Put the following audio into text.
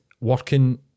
working